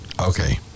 Okay